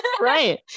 Right